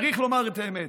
צריך לומר את האמת.